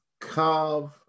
carve